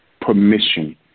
permission